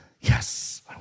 Yes